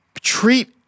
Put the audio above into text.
treat